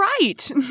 right